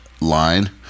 line